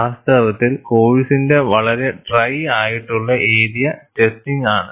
വാസ്തവത്തിൽ കോഴ്സിന്റെ വളരെ ഡ്രൈ ആയിട്ടുള്ള ഏര്യ ടെസ്റ്റിംഗ് ആണ്